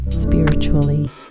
spiritually